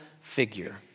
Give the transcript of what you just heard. figure